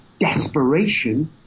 desperation